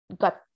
got